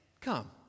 come